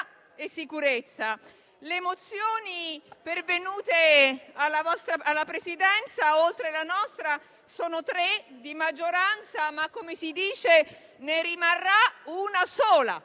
Le mozioni pervenute alla Presidenza, oltre la nostra, sono tre, di maggioranza, ma, come si dice, ne rimarrà una sola: